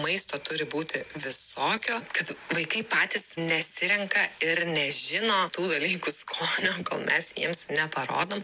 maisto turi būti visokio kad vaikai patys nesirenka ir nežino tų dalykų skonio kol mes jiems neparodom